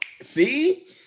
see